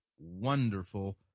wonderful